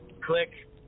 Click